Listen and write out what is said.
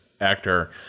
actor